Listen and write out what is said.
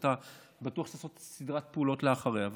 אתה בטוח שאתה צריך לעשות סדרת פעולות אחריה.